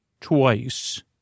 twice